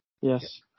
Yes